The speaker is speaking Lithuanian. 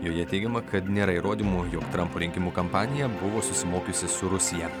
joje teigiama kad nėra įrodymų jog trampo rinkimų kampanija buvo susimokiusi su rusija